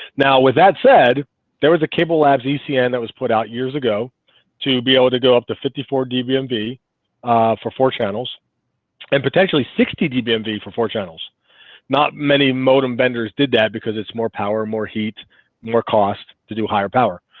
now with that said there was a cable lab ccn that was put out years ago to be able to go up to fifty four dbm be for four channels and potentially sixty db mv for four channels not many modem vendors did that because it's more power more heat more cost to do higher power